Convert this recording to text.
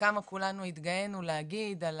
כמה כולנו התגאינו להגיד על